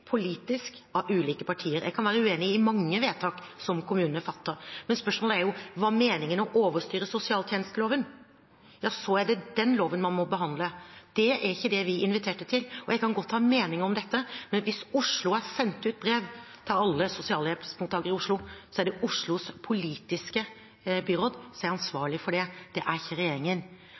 politisk av ulike partier. Jeg kan være uenig i mange vedtak som kommunene fatter, men spørsmålet er jo: Var meningen å overstyre sosialtjenesteloven? Da er det den loven man må behandle. Det er ikke det vi inviterte til. Jeg kan godt ha meninger om dette, men hvis Oslo har sendt ut brev til alle sosialhjelpsmottakere i Oslo, er det Oslos politiske byråd som er ansvarlig for det, ikke regjeringen. Da må man altså endre loven, da må man statliggjøre sosialhjelpen. Det var ikke